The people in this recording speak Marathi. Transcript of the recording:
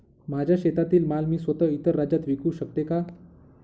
माझ्या शेतातील माल मी स्वत: इतर राज्यात विकू शकते का?